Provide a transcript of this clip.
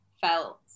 felt